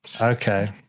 okay